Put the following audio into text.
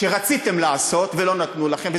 שרציתם לעשות ולא נתנו לכם.